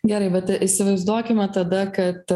gerai bet įsivaizduokime tada kad